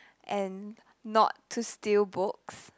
and not to steal books